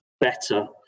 better